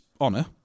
honor